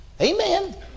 Amen